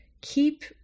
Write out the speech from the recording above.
Keep